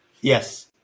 Yes